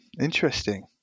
Interesting